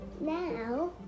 Now